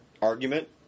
argument